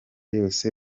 yose